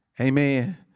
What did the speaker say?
Amen